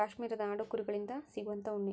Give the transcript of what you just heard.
ಕಾಶ್ಮೇರದ ಆಡು ಕುರಿ ಗಳಿಂದ ಸಿಗುವಂತಾ ಉಣ್ಣಿ